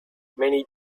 many